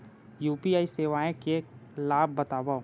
UPI सेवाएं के लाभ बतावव?